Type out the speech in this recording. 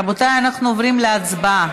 רבותיי, אנחנו עוברים להצבעה.